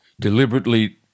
Deliberately